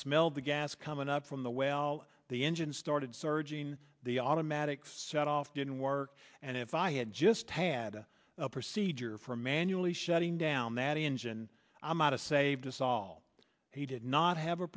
smelled the gas coming up from the well the engine started surging the automatic set off didn't work and if i had just had a procedure for manually shutting down that engine i'm out of saved esol he did not have a